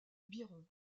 biron